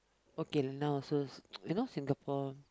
okay now so you know Singapore